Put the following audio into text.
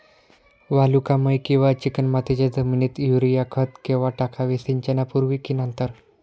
वालुकामय किंवा चिकणमातीच्या जमिनीत युरिया खत केव्हा टाकावे, सिंचनापूर्वी की नंतर?